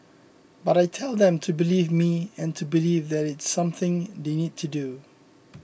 but I tell them to believe me and to believe that it's something they need to do